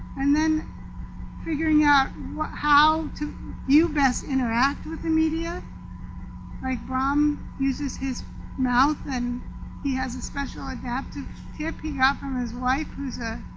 and then figuring out what how you best interact with the media like brom uses his mouth and he has a special adaptive tip he got from his wife who's a